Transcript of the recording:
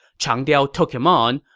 chang diao took him on,